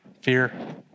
fear